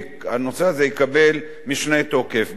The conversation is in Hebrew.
והנושא הזה יקבל משנה תוקף,